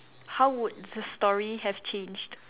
how would the story have changed